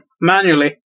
manually